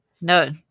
no